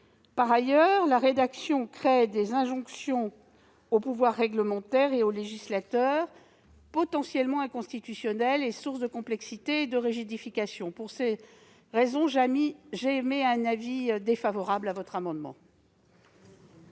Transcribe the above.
Par ailleurs, la rédaction crée des injonctions au pouvoir réglementaire et au législateur potentiellement inconstitutionnelles, sources de complexité et de rigidification. Par conséquent, le Gouvernement émet un avis défavorable sur cet amendement.